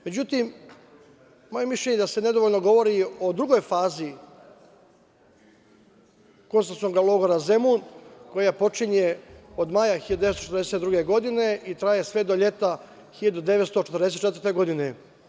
Međutim, moje mišljenje je da se nedovoljno govori o drugoj fazi koncentracionog logora Zemun koja počinje od maja 1942. godine i traje sve do leta 1944. godine.